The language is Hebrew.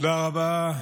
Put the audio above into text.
תודה רבה.